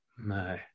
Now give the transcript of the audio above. no